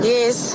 Yes